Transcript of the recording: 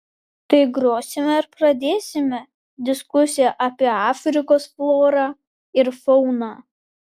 tai grosime ar pradėsime diskusiją apie afrikos florą ir fauną